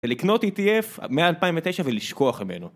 לקנות ETF מ-2009 ולשכוח ממנו.